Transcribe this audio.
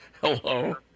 Hello